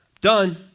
done